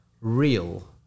real